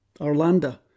Orlando